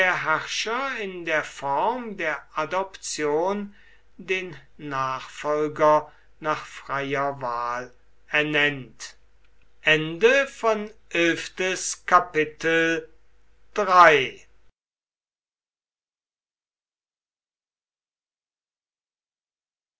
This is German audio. herrscher in der form der adoption den nachfolger nach freier wahl ernennt